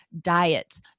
diets